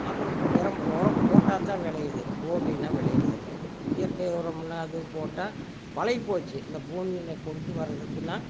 அப்புறம் இப்போ வெரம் உரம் போட்டால்த்தான் விளையிது போடுலேனால் விளையிறது இல்லை இயற்கை உரமுன்னா அதுவும் போட்டால் பழகி போச்சு இந்த பூமியில் கொண்டுட்டு வரதுக்குன்னால்